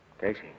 Casey